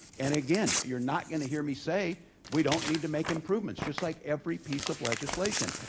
and again, you're not gonna hear me say we don't need to make improvements. just like every piece of legislation.